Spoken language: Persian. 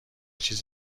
چیز